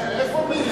איפה הוא?